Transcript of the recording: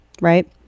Right